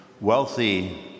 wealthy